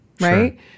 Right